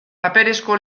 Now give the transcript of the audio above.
paperezko